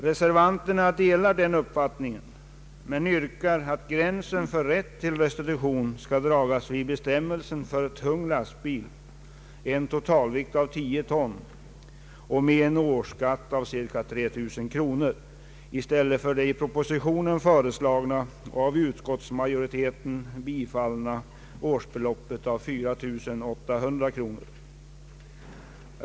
Reservanterna delar den uppfattningen, men yrkar att gränsen för rätt till restitution skall dragas vid bestämmelsen för tung lastbil, en totalvikt vid 10 ton och med en årsskatt av ca 3 000 kronor i stället för det i propositionen före slagna och av utskottsmajoriteten bifallna årsbeloppet av 4 800 kronor.